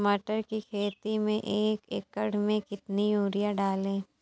मटर की खेती में एक एकड़ में कितनी यूरिया डालें?